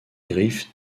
griffes